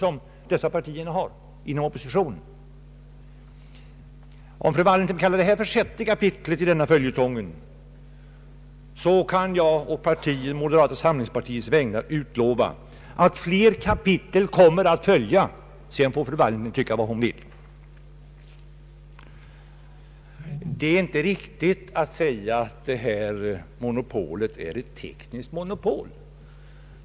Om fru Wallentheim kallar det här för sjätte kapitlet i en följetong så kan jag å moderata samlingspartiets vägnar utlova att fler kapitel följer. Sedan får fru Wallentheim tycka vad hon vill. Det är inte riktigt att påstå att detta monopol är ett tekniskt monopol.